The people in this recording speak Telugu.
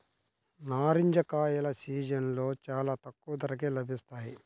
నారింజ కాయల సీజన్లో చాలా తక్కువ ధరకే లభిస్తాయి